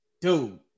dude